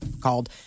called